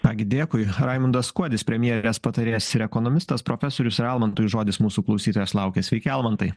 ką gi dėkui raimundas kuodis premjerės patarėjas ir ekonomistas profesorius ir almantui žodis mūsų klausytojas laukia sveiki almantai